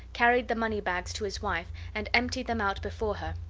carried the money-bags to his wife, and emptied them out before her.